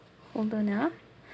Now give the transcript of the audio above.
hold on ah